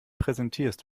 präsentierst